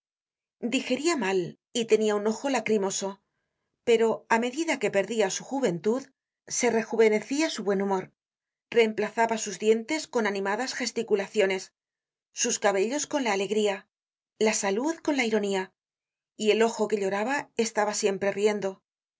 digeria mal y tenia up ojo lacrimoso pero á medida que perdia su juventud se rejuvenecia su buen humor reemplazaba sus dientes con animadas gesticulaciones sus cabellos con la alegría la salud con la ironía y el ojo que lloraba estaba siempre riendo